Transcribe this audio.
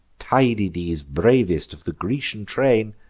tydides, bravest of the grecian train!